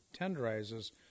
tenderizes